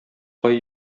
кай